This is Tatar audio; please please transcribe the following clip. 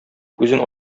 күзен